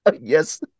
Yes